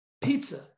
Pizza